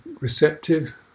receptive